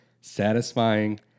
satisfying